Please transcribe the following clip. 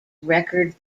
record